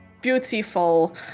Beautiful